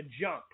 jump